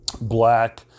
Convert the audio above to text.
black